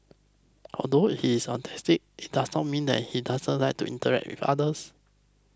although he is autistic it does not mean that he doesn't like to interact with others